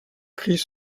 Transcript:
cris